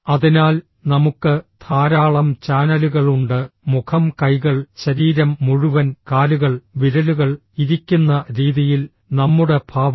അതിനാൽ നമുക്ക് ധാരാളം ചാനലുകൾ ഉണ്ട് മുഖം കൈകൾ ശരീരം മുഴുവൻ കാലുകൾ വിരലുകൾ ഇരിക്കുന്ന രീതിയിൽ നമ്മുടെ ഭാവം